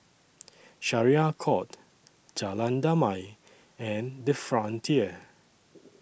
Syariah Court Jalan Damai and The Frontier